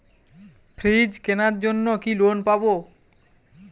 Fridge কেনার জন্য কি লোন পাব?